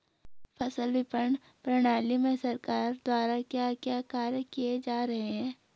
फसल विपणन प्रणाली में सरकार द्वारा क्या क्या कार्य किए जा रहे हैं?